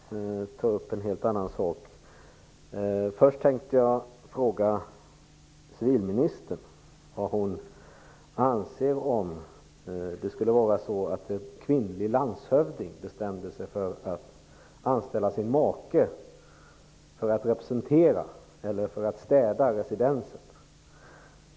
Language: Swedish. Fru talman! Jag tänkte ta upp en helt annan sak. Först hade jag tänkt fråga civilministern vad hon skulle anse om en kvinnlig landshövding anställde sin make för att representera eller för att städa residenset.